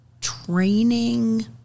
training